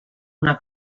una